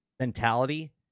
mentality